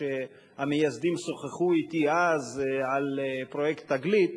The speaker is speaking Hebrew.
כשהמייסדים שוחחו אתי אז על פרויקט "תגלית",